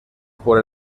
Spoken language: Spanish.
por